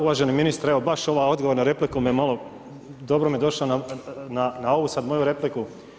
Uvaženi ministre, evo baš ovaj odgovor na repliku me malo, dobro mi je došao na ovu sad moju repliku.